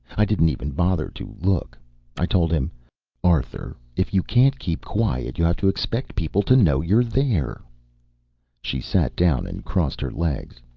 i didn't even bother to look i told him arthur, if you can't keep quiet, you have to expect people to know you're there. she sat down and crossed her legs.